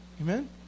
Amen